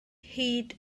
hyd